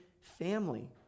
family